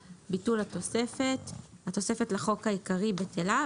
2024)". ביטול התוספת31.התוספת לחוק העיקרי בטלה.